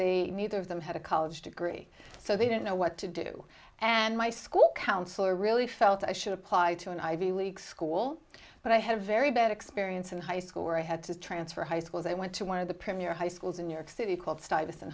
they neither of them had a college degree so they didn't know what to do and my school counselor really felt i should apply to an ivy league school but i have very bad experience in high school where i had to transfer high schools i went to one of the premier high schools in new york city called stuyvesant